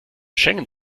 schengen